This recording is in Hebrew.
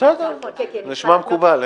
שתדון בנושא הזה היא ועדת הקציבה, מכמה טעמים.